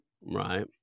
Right